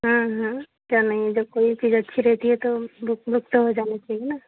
हाँ हाँ क्यों नहीं जब कोई चीज़ अच्छी रहती है तो बुक उक तो हो जानी चाहिए न